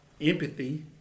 Empathy